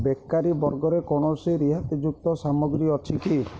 bakery ବର୍ଗରେ କୌଣସି ରିହାତି ଯୁକ୍ତ ସାମଗ୍ରୀ ଅଛି କି